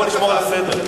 בוא נשמור על הסדר.